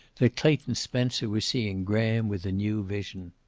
that clayton spencer was seeing graham with a new vision.